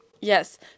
yes